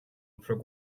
უფრო